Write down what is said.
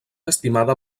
estimada